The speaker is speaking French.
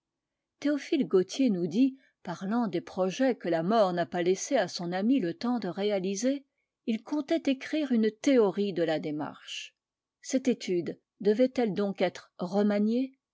théophile gautier nous dit parlant des projets que la mort n'a pas laissé à son ami le temps de réaliser il comptait éciire une théorie de la démarche cette étude devaitelle donc être remaniée